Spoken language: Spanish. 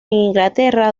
inglaterra